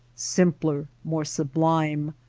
simpler, more sublime,